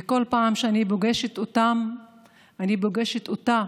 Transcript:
וכל פעם שאני פוגשת אותן אני פוגשת אותה,